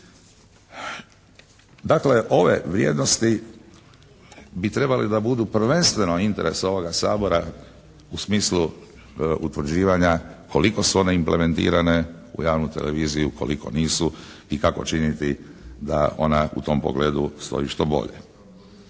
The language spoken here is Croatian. Dakle, ove vrijednosti bi trebale da budu prvenstveno interes ovoga Sabora u smislu utvrđivanja koliko su one implementirane u javnu televiziju ukoliko nisu i kako činiti da ona u tom pogledu stoji što bolje.